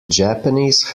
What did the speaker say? japanese